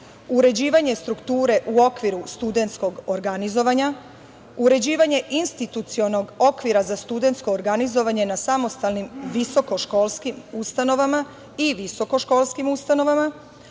uređivanje strukture u okviru studentskog organizovanja, uređivanje institucionalnog okvira za studentsko organizovanje na samostalnim visokoškolskim ustanovama i visokoškolskim ustanovama,